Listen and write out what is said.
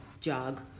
jog